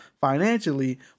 financially